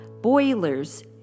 Boilers